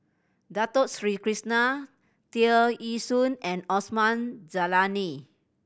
Dato Sri Krishna Tear Ee Soon and Osman Zailani